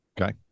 Okay